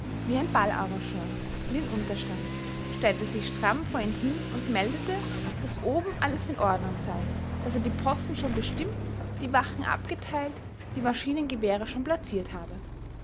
wie ein ballarrangeur in den unterstand stellte sich stramm vor ihn hin und meldete daß oben alles in ordnung sei daß er die posten schon bestimmt die wachen abgeteilt die maschinengewehre schon plaziert habe